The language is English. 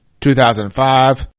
2005